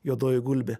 juodoji gulbė